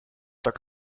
tak